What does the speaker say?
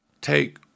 take